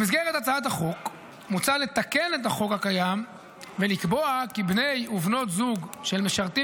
במסגרת הצעת החוק מוצע לתקן את החוק ולקבוע כי בני ובנות זוג של משרתים